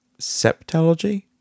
septology